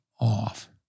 off